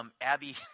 Abby